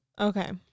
Okay